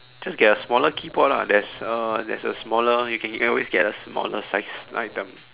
just get a smaller keyboard lah there's a there's a smaller one you can always get a smaller size now you tell me